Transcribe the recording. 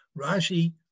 Rashi